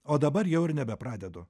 o dabar jau ir nebepradedu